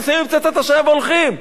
הם שמים פצצת השהיה והולכים.